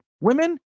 women